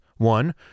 One